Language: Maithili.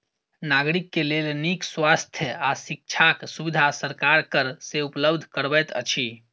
नागरिक के लेल नीक स्वास्थ्य आ शिक्षाक सुविधा सरकार कर से उपलब्ध करबैत अछि